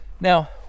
Now